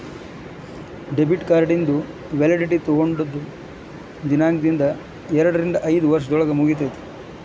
debit ಕಾರ್ಡಿಂದು validity ತೊಗೊಂಡದ್ ದಿನಾಂಕ್ದಿಂದ ಎರಡರಿಂದ ಐದ್ ವರ್ಷದೊಳಗ ಮುಗಿತೈತಿ